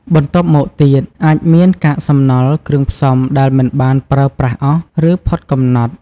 បន្ទាប់មកទៀត អាចមាន កាកសំណល់ គ្រឿងផ្សំដែលមិនបានប្រើប្រាស់អស់ ឬផុតកំណត់។